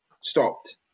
stopped